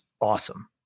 awesome